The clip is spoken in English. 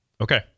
Okay